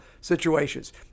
situations